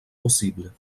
possible